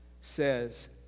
says